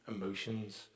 emotions